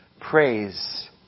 praise